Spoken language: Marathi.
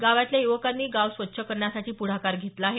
गावातल्या युवकांनी गाव स्वच्छ करण्यासाठी पुढाकार घेतला आहे